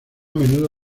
menudo